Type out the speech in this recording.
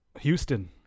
Houston